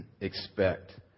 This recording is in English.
expect